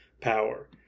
power